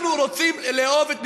אנחנו רוצים לאהוב את מדינתנו.